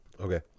Okay